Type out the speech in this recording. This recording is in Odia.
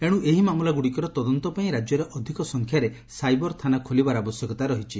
ଏଶୁ ଏହି ମାମଲାଗୁଡ଼ିକର ତଦନ୍ତ ପାଇଁ ରାଜ୍ୟରେ ଅଧିକ ସଂଖ୍ୟାରେ ସାଇବର ଥାନା ଖୋଲିବାର ଆବଶ୍ୟକତା ରହିଛି